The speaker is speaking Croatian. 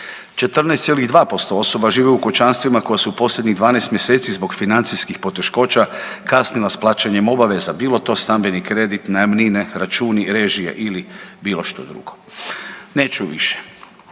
14,2% osoba žive u kućanstvima koja su u posljednjih 12 mjeseci zbog financijskih poteškoća kasnila sa plaćanjem obaveza bilo to stambeni kredit, najamnine, računi, režije ili bilo što drugo. Neću više.